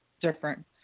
different